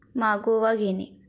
मागोवा घेणे